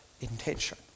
intention